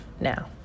now